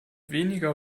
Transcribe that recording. weniger